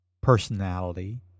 personality